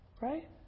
right